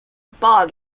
bog